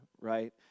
right